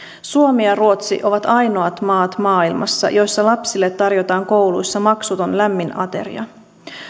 suomi ja ruotsi ovat ainoat maat maailmassa joissa lapsille tarjotaan kouluissa maksuton lämmin ateria